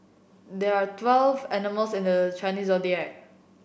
there are twelve animals at the Chinese Zodiac